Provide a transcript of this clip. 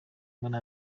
muri